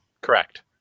Correct